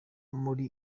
muri